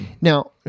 now